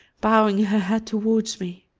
bowing her head towards me.